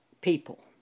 people